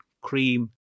cream